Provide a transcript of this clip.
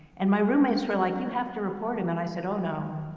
and my roommates were like, you have to report him. and i said, oh, no.